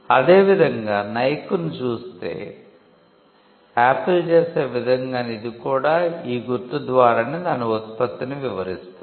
అదేవిధంగా నైక్ ను చూస్తే ఆపిల్ చేసే విధంగానే ఇది కూడా ఈ గుర్తు ద్వారానే దాని ఉత్పత్తిని వివరిస్తుంది